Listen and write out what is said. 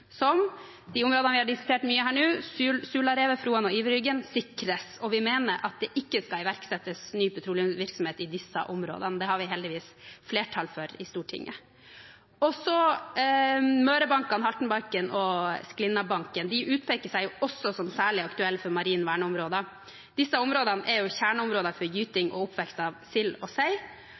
som de områdene vi har diskutert mye her nå: Sularevet, Froan og Iverryggen. Vi mener at det ikke skal iverksettes ny petroleumsvirksomhet i disse områdene. Det har vi heldigvis flertall for i Stortinget. Også Mørebankene, Haltenbanken og Sklinnabanken utpeker seg som særlig aktuelle som marine verneområder. Disse områdene er kjerneområder for gyting og oppvekst av sild og sei.